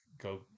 go